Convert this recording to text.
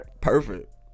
perfect